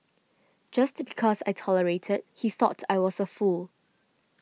just because I tolerated he thought I was a fool